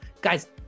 guys